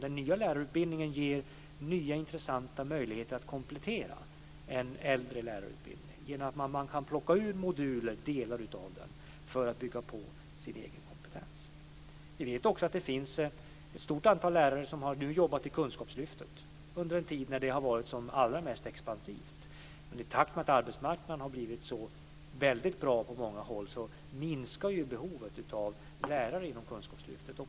Den nya lärarutbildningen ger nya intressanta möjligheter att komplettera en äldre lärarutbildning genom att man kan plocka ut moduler, delar av den, för att bygga på sin egen kompetens. Vi vet också att det finns ett stort antal lärare som har jobbat i Kunskapslyftet nu under en tid när det har varit som allra mest expansivt. Men i takt med att arbetsmarknaden på många håll har blivit så väldigt bra minskar behovet av lärare inom Kunskapslyftet.